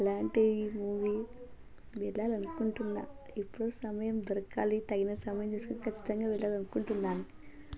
అలాంటి మూవీ వెళ్లాలి అనుకుంటున్నా ఎప్పుడు సమయం దొరకాలి తగిన సమయం తీసుకొని ఖచ్చితంగా వెళ్లాలి అనుకుంటున్నాను